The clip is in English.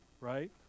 right